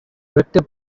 richter